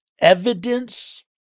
evidence